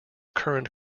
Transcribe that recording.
current